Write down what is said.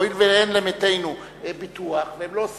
הואיל ואין למתינו ביטוח,